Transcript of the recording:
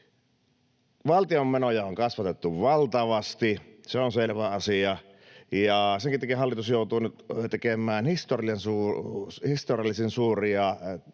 Valtion menoja on kasvatettu valtavasti. Se on selvä asia. Senkin takia hallitus joutuu nyt tekemään historiallisen suuria